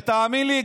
ותאמין לי,